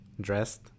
dressed